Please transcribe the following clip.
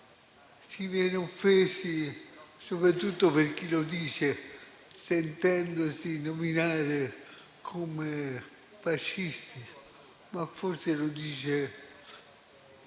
si viene offesi, soprattutto per chi lo dice, sentendosi nominare come fascisti. Ma forse lo dice